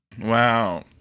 Wow